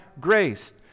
grace